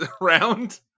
round